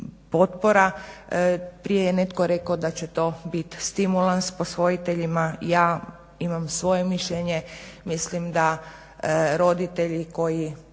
potpora. Prije je netko rekao da će to biti stimulans posvojiteljima. Ja imam svoje mišljenje, mislim da roditelji koji